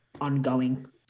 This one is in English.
ongoing